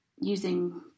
using